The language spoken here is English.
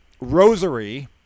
rosary